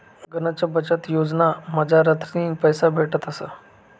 गनच बचत योजना मझारथीन पैसा भेटतस